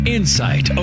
Insight